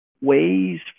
ways